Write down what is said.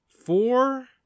Four